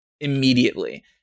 immediately